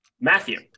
Matthew